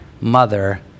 mother